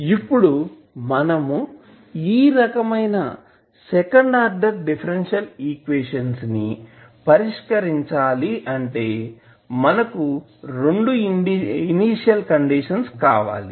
ఇప్పుడు మనము ఈ రకమైన సెకండ్ ఆర్డర్ డిఫరెన్షియల్ ఈక్వేషన్స్ ని పరిష్కరించాలి అంటే మనకు రెండు ఇనీషియల్ కండిషన్స్ కావాలి